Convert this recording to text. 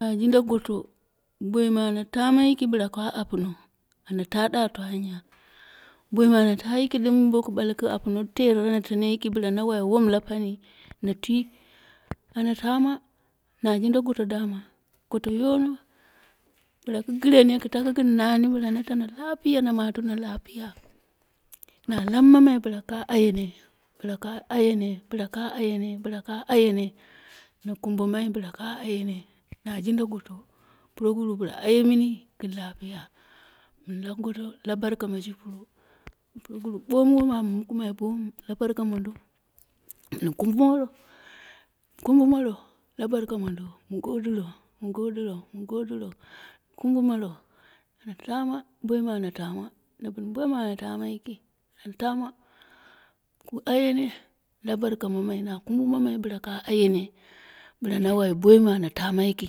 Na jinda goto boi mɨ ana tama yiki bira ka apɨno ana ta to anya boimi ana ta yiki ɗɨm boku apɨno na tano yiki teeta na wai wonla pani na twi, ana tama na jin da goto dama, goto yono bɨla ku gɨrene kɨ taku gɨn nani bɨba na tano lapiya na matina lapiya na labmamai bɨla ka ayene bɨla ka ayene bɨla ka ayene bɨla ka ayene na kumbe mai bɨla ka ayene na jinda goto puroguruwu bɨla ayemini gɨn lapiya, mɨn lab goto la barka mɨ ji puro, puroguruwu ɓomu wom am makumai bomu la barka mondo mɨn kumbu mowo kumbumoro la barka mondo. mɨ ngoduro, mɨ ngodɨro, mɨ ngodɨro kumbu moro, ana tama boi mɨ ana tama, na bɨn boi mɨ ana tama yiki ana tama ku ayene la barka mamai na kumbumamai bɨla ka ayene bɨla na wai boi mɨ aa tama yiki,